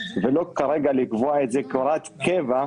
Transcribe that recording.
אני מציע לא לקבוע את החוק כהוראת קבע,